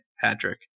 Patrick